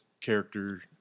character